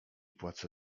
płacę